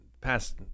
past